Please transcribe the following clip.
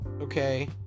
Okay